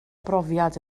brofiad